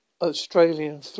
Australian